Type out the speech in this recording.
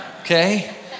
okay